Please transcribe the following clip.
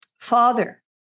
father